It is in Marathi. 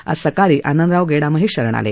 आणि आज सकाळी आनंदराव गेडामही शरण आले